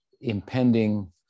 impending